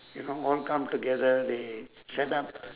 you know all come together they set up